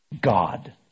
God